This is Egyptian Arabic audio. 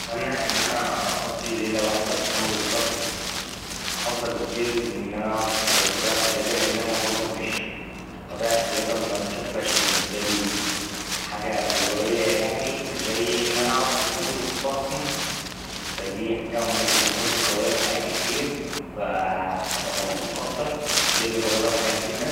أتمنى إن أنا أقضي ليلة واحدة في فندق ضخم أفضل بكتير من إن أنا أقعد في الطبيعة الخلابة لأن أنا برضه مش ـ الطبيعة الخلابة مبتبقاش بالنسبالي حاجة مغرية يعني زي إن أنا أقعد في فندق فخم فا دي حاجة ممكن متكونش اتكررت في حياتي كتير فا هبقى مبسوط أكتر لأن بجرب حاجة جديدة.